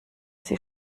sie